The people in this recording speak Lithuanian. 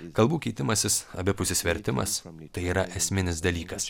kalbų keitimasis abipusis vertimas tai yra esminis dalykas